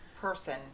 Person